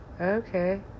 okay